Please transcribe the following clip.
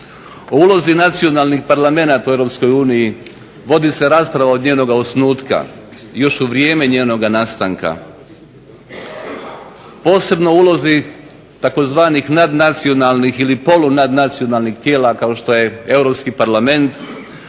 ulozi nacionalnih parlamenata u Europskoj uniji vodi se rasprava od njenoga osnutka, još u vrijeme njenoga nastanka, posebno o ulozi tzv. nadnacionalnih ili polunadnacionalnih tijela kao što je Europski parlament,